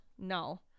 No